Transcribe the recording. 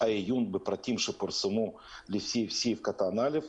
העיון בפרטים שפורסמו לפי סעיף קטן (א),